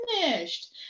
finished